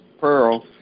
pearl